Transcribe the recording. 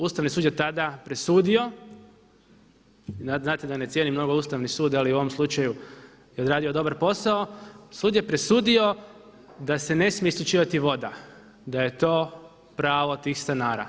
Ustavni sud je tada presudio, znate da ne cijenim mnogo Ustavni sud ali u ovom slučaju je odradio dobar posao, sud je presudio da se ne smije isključivati voda da je to pravo tih stanara.